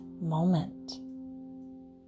moment